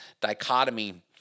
dichotomy